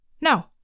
No